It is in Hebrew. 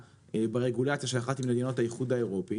אפר להביא ממנו אישור על עמידה ברגולציה של אחת ממדינות האיחוד האירופי